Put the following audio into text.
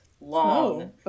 long